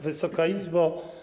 Wysoka Izbo!